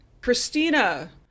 Christina